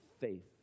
faith